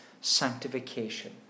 sanctification